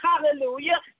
hallelujah